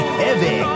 heavy